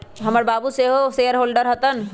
हमर बाबू सेहो एगो शेयर होल्डर हतन